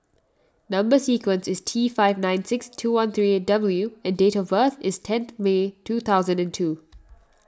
Number Sequence is T five nine six two one three eight W and date of birth is tenth May two thousand and two